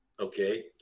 okay